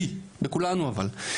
בי בכולנו אבל,